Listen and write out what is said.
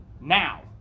now